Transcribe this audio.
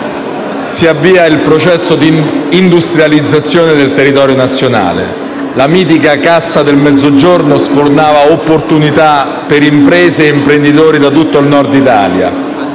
si avvia il processo di industrializzazione del territorio nazionale. La mitica Cassa del Mezzogiorno sfornava opportunità per imprese e imprenditori da tutto il Nord Italia.